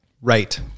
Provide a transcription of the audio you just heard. Right